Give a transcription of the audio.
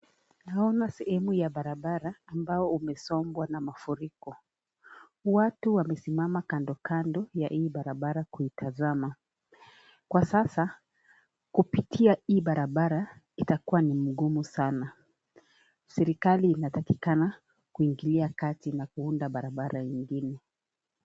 Naona sehemu ya barabara ambao umesombwa na mafuriko watu wamesimama kando kando ya hii barabara kuitazama kwa sasa kupitia hii barabara itakuwa ni mgumu sana serikalii inatakikana kuingilia kati na kuunda barabara ingine.